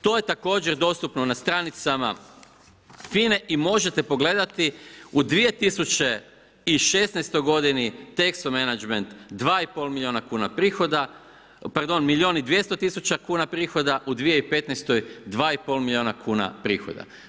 To je također dostupno na stranicama FINA-e i možete pogledati u 2016.g. Texo Management 2,5 milijuna prihoda, pardon milijun i 200 tisuća kuna prihoda u 2015. 2,5 milijuna kuna prihoda.